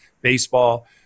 baseball